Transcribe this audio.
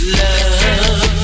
love